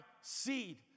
seed